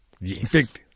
Yes